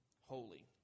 holy